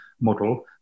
model